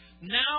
Now